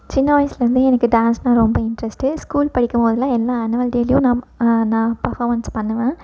சின்ன வயசுலிருந்தே எனக்கு டான்ஸ்னால் ரொம்ப இன்ட்ரஸ்ட்டு ஸ்கூல் படிக்கும் போதெலாம் எல்லா ஆனுவல் டேலேயும் நான் நான் பர்ஃபாமென்ஸ் பண்ணுவேன்